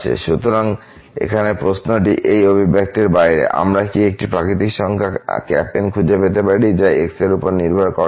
সুতরাং এখানে প্রশ্নটি এই অভিব্যক্তির বাইরে আমরা কি একটি প্রাকৃতিক সংখ্যা N খুঁজে পেতে পারি যা x এর উপর নির্ভর করে না